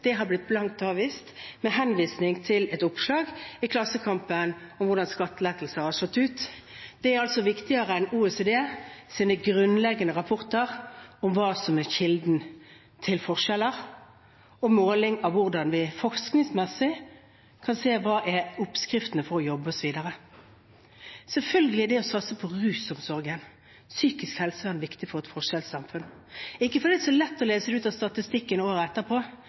Det har blitt blankt avvist med henvisning til et oppslag i Klassekampen om hvordan skattelettelser har slått ut. Det er altså viktigere enn OECDs grunnleggende rapporter om hva som er kilden til forskjeller og måling av hvordan vi forskningsmessig kan se hva som er oppskriften på å jobbe seg videre. Selvfølgelig er det å satse på rusomsorgen og psykisk helse viktig for et forskjellssamfunn, ikke fordi det er så lett å lese det ut av statistikken året etterpå,